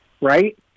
right